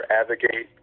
advocate